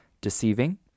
deceiving